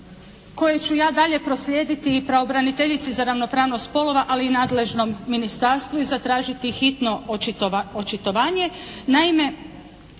koje ću ja dalje proslijediti i pravobraniteljici za ravnopravnost spolova, ali i nadležnom ministarstvu i zatražiti hitno očitovanje.